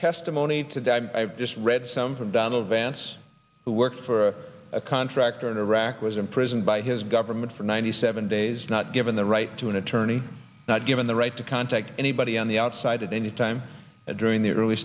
testimony today i just read some from donald vance who worked for a contractor in iraq was imprisoned by his government for ninety seven days not given the right to an attorney not given the right to contact anybody on the outside at any time during the early